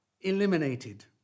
eliminated